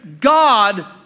God